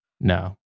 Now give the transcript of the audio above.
No